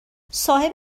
صاحب